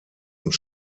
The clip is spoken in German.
und